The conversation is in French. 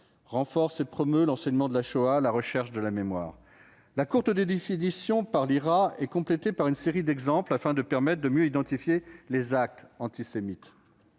renforce et promeut l'enseignement de la Shoah, la recherche et la mémoire. La courte définition par l'IHRA est complétée par une série d'exemples afin de permettre de mieux identifier les actes antisémites.